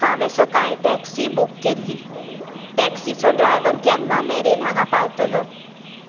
हांवेन सकाळीं taxi book केल्ली टॅक्सीचो ड्रायव्हर केन्ना मेरेन हांगां पावतलो